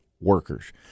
workers